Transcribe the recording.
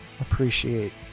appreciate